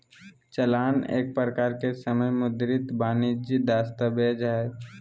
चालान एक प्रकार के समय मुद्रित वाणिजियक दस्तावेज हय